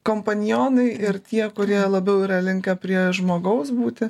kompanionai ir tie kurie labiau yra linkę prie žmogaus būti